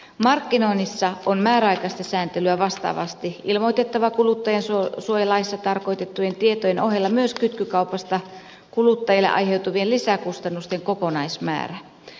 markkinoinnissa on määräaikaista sääntelyä vastaavasti ilmoitettava kuluttajansuojalaissa tarkoitettujen tietojen ohella myös kytkykaupasta kuluttajalle aiheutuvien lisäkustannusten kokonaismäärä